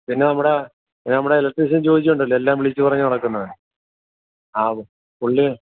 പിന്നെ നമ്മുടെ പിന്നെ നമ്മുടെ ഇലക്ട്രീഷ്യൻ ജോജി ഉണ്ടല്ലോ എല്ലാം വിളിച്ചു പറഞ്ഞു നടക്കുന്ന ആ പുള്ളി